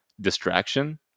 distraction